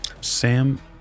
Sam